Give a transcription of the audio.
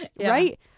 right